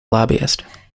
lobbyist